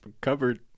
Covered